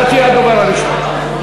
אתה תהיה הדובר הראשון.